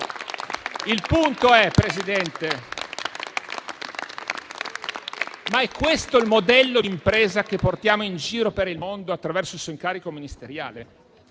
il punto è il seguente: è questo il modello di impresa che portiamo in giro per il mondo, attraverso il suo incarico ministeriale?